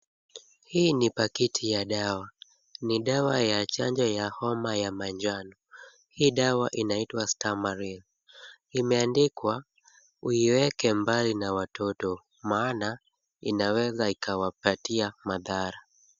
Hii ni pakiti ya dawa, ni dawa ya chanjo ya homa ya manjano. Hii dawa inaitwa Stamaril, imeandikwa uiweke mbali na watoto, maana inaweza ikawapatia madhara.